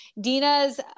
Dina's